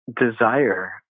desire